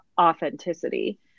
authenticity